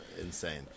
insane